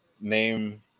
Name